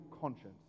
conscience